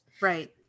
Right